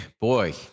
Boy